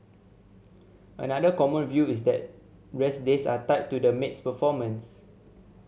another common view is that rest days are tied to the maid's performance